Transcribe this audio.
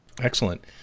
Excellent